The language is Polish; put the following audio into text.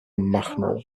machnął